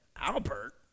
Albert